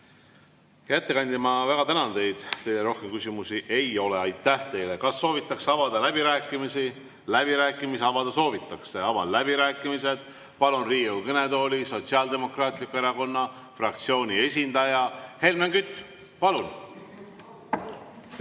ettekandja, ma väga tänan teid. Teile rohkem küsimusi ei ole. Aitäh teile! Kas soovitakse avada läbirääkimisi? Läbirääkimisi avada soovitakse. Avan läbirääkimised ja palun Riigikogu kõnetooli Sotsiaaldemokraatliku Erakonna fraktsiooni esindaja. Helmen Kütt, palun!